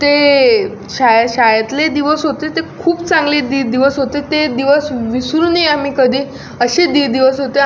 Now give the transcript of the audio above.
ते शाळे शाळेतले दिवस होते ते खूप चांगले दि दिवस होते ते दिवस विसरू नाही आम्ही कधी असे दि दिवस होते